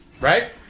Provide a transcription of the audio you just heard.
Right